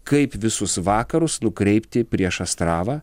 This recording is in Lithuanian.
kaip visus vakarus nukreipti prieš astravą